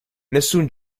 nessun